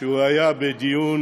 שהיה בדיון